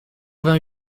vingt